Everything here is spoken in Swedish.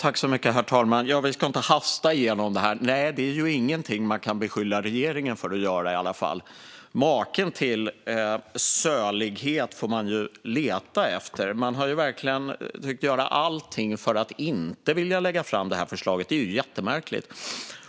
Herr talman! Vi ska inte hasta igenom det här - nej, det är ingenting man kan beskylla regeringen för att göra i alla fall. Maken till sölighet får man leta efter! Man har verkligen försökt att göra allting för att inte lägga fram det här förslaget, vilket är jättemärkligt.